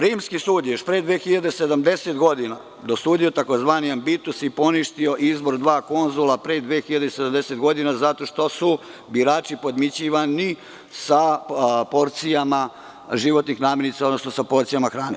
Rimski sud je još pre 2070 godina dosudio tzv. „ambitus“ i poništio izbor dva konzula pre 2070 godina zato što su birači podmićivani sa porcijama životnih namirnica, odnosno sa porcijama hrane.